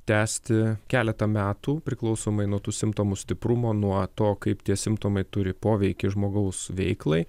tęsti keletą metų priklausomai nuo tų simptomų stiprumo nuo to kaip tie simptomai turi poveikį žmogaus veiklai